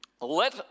let